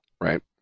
Right